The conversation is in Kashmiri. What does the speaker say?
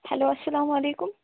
ہیٚلو اسلام وعلیکُم